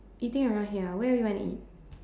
eating around here where you want eat